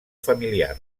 familiar